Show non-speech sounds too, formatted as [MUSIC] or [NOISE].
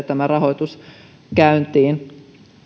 [UNINTELLIGIBLE] tämä rahoitus lähtee käyntiin myös